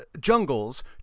jungles